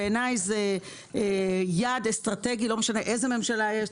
בעיניי זה יעד אסטרטגי, ולא משנה איזו ממשלה יש.